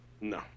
No